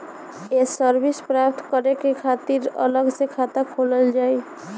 ये सर्विस प्राप्त करे के खातिर अलग से खाता खोलल जाइ?